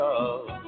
love